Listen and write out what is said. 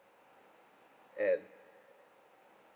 and